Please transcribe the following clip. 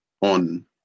on